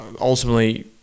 ultimately